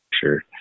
Sure